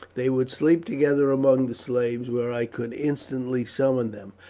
they would sleep together among the slaves, where i could instantly summon them.